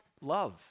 love